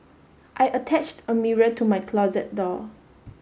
I attached a mirror to my closet door